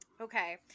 Okay